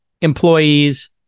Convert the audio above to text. employees